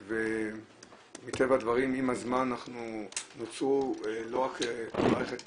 מטבע הדברים עם הזמן נוצרה לא רק מערכת